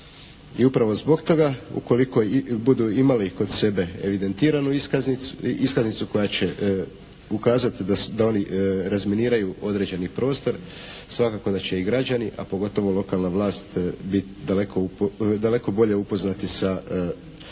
I upravo zbog toga ukoliko budu imali kod sebe evidentiranu iskaznicu koja će ukazati da oni razminiraju određeni prostor svakako da će i građani, a pogotovo lokalna vlast biti daleko bolje upoznati sa prostorom